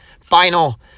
final